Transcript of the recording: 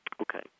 Okay